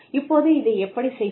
இப்போது இதை எப்படிச் செய்வது